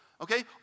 okay